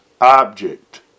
object